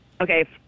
okay